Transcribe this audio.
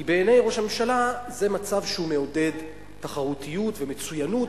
כי בעיני ראש הממשלה זה מצב שמעודד תחרותיות ומצוינות,